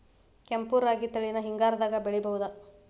ಕೆಂಪ ರಾಗಿ ತಳಿನ ಹಿಂಗಾರದಾಗ ಬೆಳಿಬಹುದ?